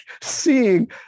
seeing